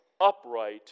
upright